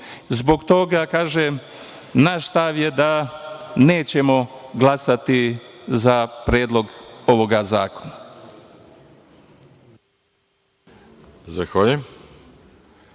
toga, kažem, naš stav je da nećemo glasati za Predlog zakona.